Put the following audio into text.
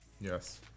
Yes